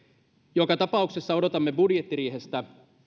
joka tapauksessa odotamme budjettiriihestä